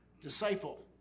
disciple